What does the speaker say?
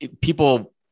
people